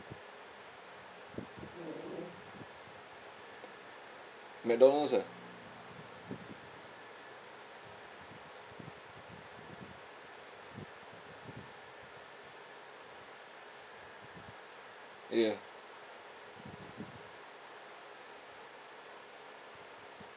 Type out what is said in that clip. mcdonald's ah ya